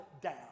down